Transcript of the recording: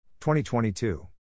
2022